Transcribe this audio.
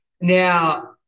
Now